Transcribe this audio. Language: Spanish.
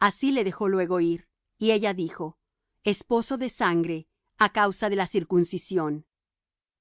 así le dejó luego ir y ella dijo esposo de sangre á causa de la circuncisión